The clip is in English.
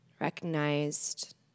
recognized